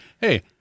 hey